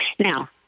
Now